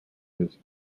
his